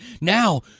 Now